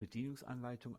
bedienungsanleitung